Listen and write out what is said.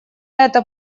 эта